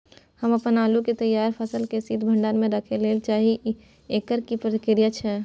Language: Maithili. हम अपन आलू के तैयार फसल के शीत भंडार में रखै लेल चाहे छी, एकर की प्रक्रिया छै?